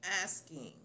asking